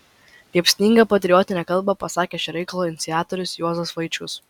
liepsningą patriotinę kalbą pasakė šio reikalo iniciatorius juozas vaičkus